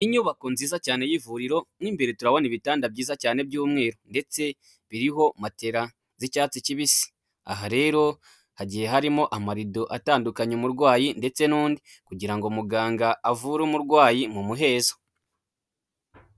Inyubako nziza cyane y'ivuriro, mo imbere turabona ibitanda byiza cyane by'umweru ndetse biriho matera z'icyatsi kibisi, aha rero hagiye harimo amarido atandukanye umurwayi ndetse n'undi kugira ngo muganga avure umurwayi mu muhezo.